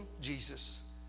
Jesus